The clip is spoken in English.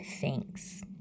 thanks